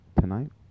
tonight